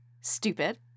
Stupid